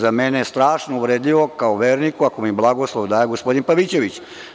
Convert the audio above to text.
Za mene je strašno uvredljivo, kao verniku, ako mi blagoslov daje gospodin Pavićević.